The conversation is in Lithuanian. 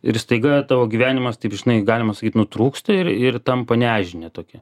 ir staiga tavo gyvenimas taip žinai galima sakyt nutrūksta ir ir tampa nežinia tokia